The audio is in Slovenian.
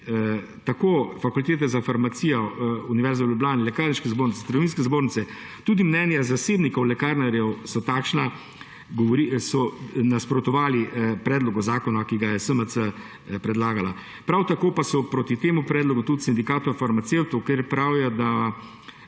tako Fakultete za farmacijo Univerze v Ljubljani, Lekarniške zbornice, Trgovinske zbornice, tudi mnenja zasebnikov lekarnarjev so takšna, da nasprotujejo predlogu zakona, ki ga je SMC predlagala. Prav tako pa so proti temu predlogu tudi v Sindikatu farmacevtov, ker pravijo, da